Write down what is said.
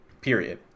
period